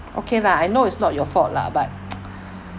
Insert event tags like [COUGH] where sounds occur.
okay lah I know it's not your fault lah but [NOISE] [BREATH]